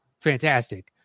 fantastic